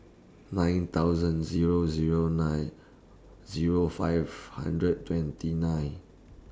nine thousand Zero Zero nine Zero five hundred twenty nine